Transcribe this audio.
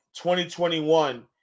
2021